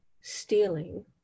stealing